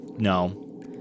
No